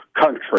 country